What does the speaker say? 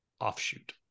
offshoot